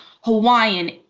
Hawaiian